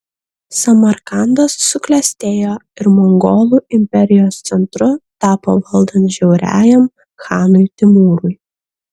samarkandas suklestėjo ir mongolų imperijos centru tapo valdant žiauriajam chanui timūrui